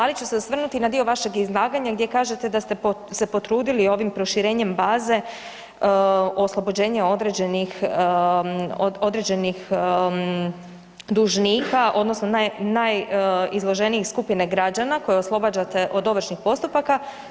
Ali ću se osvrnuti na dio vašeg izlaganja gdje kažete da ste se potrudili ovim proširenjem baze oslobođene određenih, od određenih dužnika odnosno naj, najizloženijih skupine građana koje oslobađate od ovršnih postupaka.